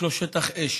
ישנו שטח אש.